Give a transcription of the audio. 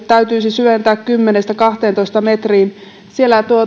täytyisi syventää kymmenestä kahteentoista metriin siellä